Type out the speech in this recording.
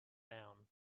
down